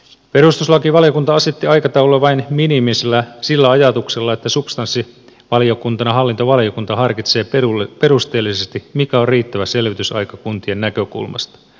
perustuslakivaliokunta asetti aikataululle vain minimin sillä ajatuksella että substanssivaliokuntana hallintovaliokunta harkitsee perusteellisesti mikä on riittävä selvitysaika kuntien näkökulmasta